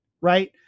Right